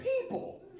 people